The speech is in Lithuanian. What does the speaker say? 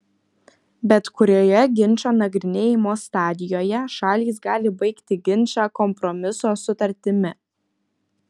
bet kurioje ginčo nagrinėjimo stadijoje šalys gali baigti ginčą kompromiso sutartimi